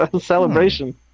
Celebration